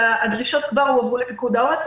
והדרישות כבר הועברו לפיקוד העורף.